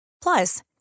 Plus